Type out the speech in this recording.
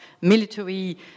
military